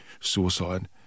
suicide